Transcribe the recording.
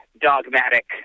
dogmatic